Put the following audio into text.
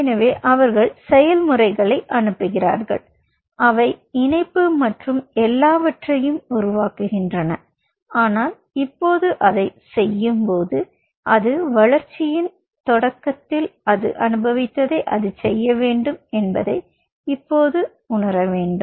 எனவே அவர்கள் செயல்முறைகளை அனுப்புகிறார்கள் அவை இணைப்பு மற்றும் எல்லாவற்றையும் உருவாக்குகின்றன ஆனால் இப்போது அதைச் செய்யும்போது அது வளர்ச்சியின் தொடக்கத்தில் அது அனுபவித்ததை அதைச் செய்ய வேண்டும் என்பதை இப்போது உணர வேண்டும்